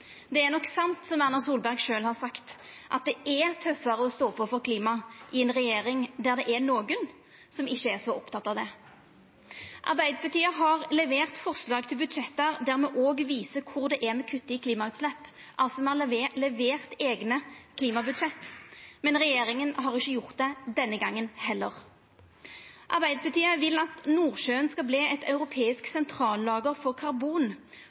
Det er nok sant som Erna Solberg sjølv har sagt, at det er tøffare å stå på for klimaet i ei regjering der det er nokon som ikkje er så opptekne av det. Arbeidarpartiet har levert forslag til budsjett der me òg viser kor det er me kuttar i klimautsleppa, altså eigne klimabudsjett. Men regjeringa har ikkje gjort det denne gongen heller. Arbeidarpartiet vil at Nordsjøen skal verta eit europeisk sentrallager for karbon,